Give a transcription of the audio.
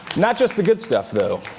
not just the good stuff, though.